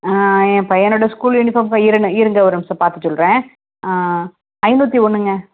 என் பையனோட school uniform ப இருங்க இருங்க ஒரு நிமிஷம் பார்த்து சொல்லுறேன் ஐந்நூற்றி ஒன்றுங்க